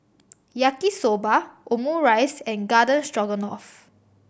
Yaki Soba Omurice and Garden Stroganoff